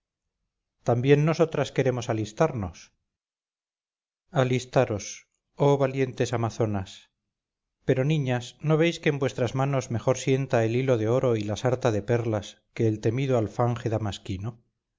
también nosotras queremos alistarnos alistaros oh valientes amazonas pero niñas no veis que en vuestras manos mejor sienta el hilo de oro y las sartas de perlas que el temido alfanje damasquino